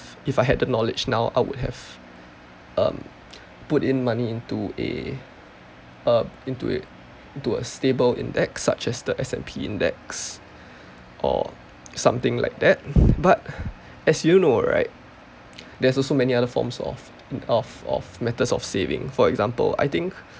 if I had the knowledge now I would have um put in money into a uh into a into a stable index such as the S_&_P index or something like that but as you know right there's also many other forms of of of methods of saving for example I think